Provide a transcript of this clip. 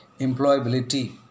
employability